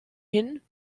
hin